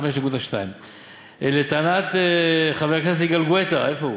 5.2%. לטענת חבר הכנסת יגאל גואטה, איפה הוא?